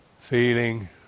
feeling